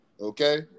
Okay